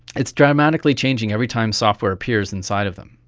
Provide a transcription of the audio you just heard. it's dramatically changing every time software appears inside of them.